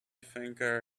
finger